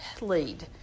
lead